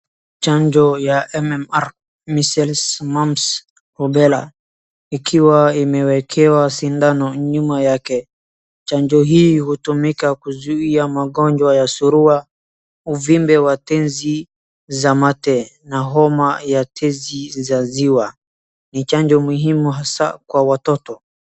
Chanjo ya MMR, measles, mumps, rubella, ikiwa imewekewa sindano nyuma yake. Chanjo hii hutumika kuzuia magonjwa ya surua, uvimbe wa tezi za mate na homa ya tezi za ziwa. Ni chanjo muhimu hasa kwa watoto.